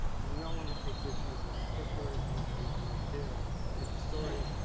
he no longer takes issues with particulars, not that he ever really did of any given story,